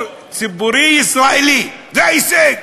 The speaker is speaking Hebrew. ציבורי ישראלי, זה ההישג.